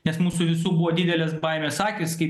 nes mūsų visų buvo didelės baimės akys kaip